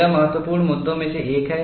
यह महत्वपूर्ण मुद्दों में से एक है